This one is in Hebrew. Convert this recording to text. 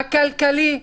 הכלכלי.